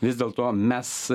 vis dėlto mes